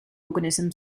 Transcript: organism